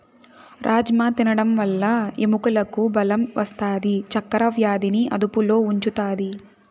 రాజ్మ తినడం వల్ల ఎముకలకు బలం వస్తాది, చక్కర వ్యాధిని అదుపులో ఉంచుతాది